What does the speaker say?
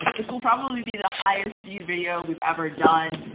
this will probably be the highest viewed video we've ever done.